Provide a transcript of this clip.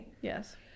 Yes